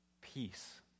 peace